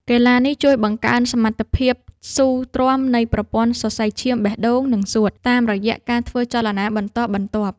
កីឡានេះជួយបង្កើនសមត្ថភាពស៊ូទ្រាំនៃប្រព័ន្ធសរសៃឈាមបេះដូង និងសួត តាមរយៈការធ្វើចលនាបន្តបន្ទាប់។